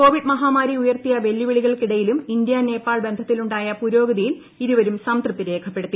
Covid മഹാമാരി ഉയർത്തിയ വെല്ലുവിളികൾക്കിടയിലും ഇന്തൃ നേപ്പാൾ ബന്ധത്തിലുണ്ടായ പുരോഗതിയിൽ ഇരുവരും സംതൃപ്തി രേഖപ്പെടുത്തി